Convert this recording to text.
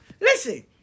Listen